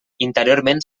interiorment